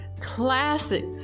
classic